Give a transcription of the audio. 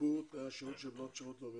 שיפור תנאי השירות של בנות השירות הלאומי.